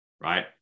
Right